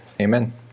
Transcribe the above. Amen